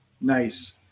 Nice